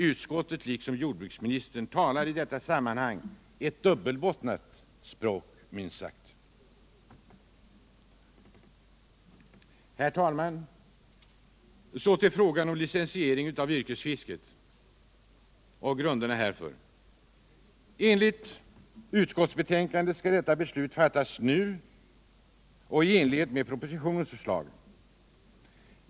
Utskottet liksom Jordbruksministern talar i detta sammanhang ett dubbelbottnat språk, minst Sagl. Herr talman! Så till frågan om licensiering av yrkesfisket och grunderna härför. Enligt utskottsbetänkandet skall detta beslut fattas nu och i enlighet med propositionens förslag.